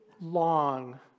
long